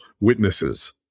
witnesses